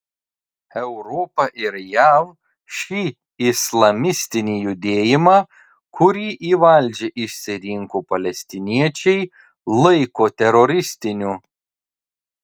europa ir jav šį islamistinį judėjimą kurį į valdžią išsirinko palestiniečiai laiko teroristiniu